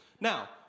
Now